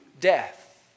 death